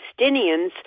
Palestinians